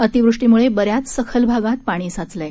अतिवृष्टीमुळे बऱ्याच सखल भागात पाणी साचलं आहे